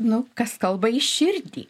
nu kas kalba į širdį